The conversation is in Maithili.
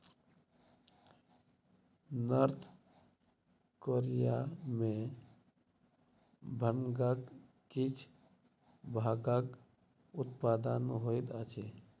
नार्थ कोरिया में भांगक किछ भागक उत्पादन होइत अछि